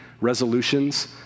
resolutions